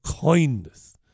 kindness